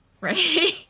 Right